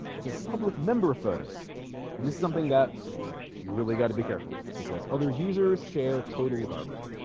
it says public member photos and this is something that you really got to be careful with because other users share total garbage